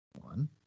One